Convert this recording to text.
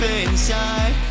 inside